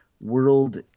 World